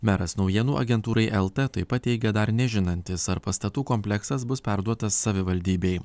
meras naujienų agentūrai elta taip pat teigia dar nežinantis ar pastatų kompleksas bus perduotas savivaldybei